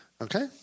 Okay